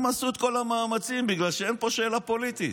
הם עשו את כל המאמצים, בגלל שאין פה שאלה פוליטית.